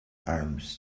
arms